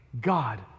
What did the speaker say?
God